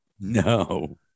No